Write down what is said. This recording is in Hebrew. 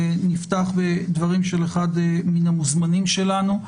נפתח בדברים של אחד מן המוזמנים שלנו,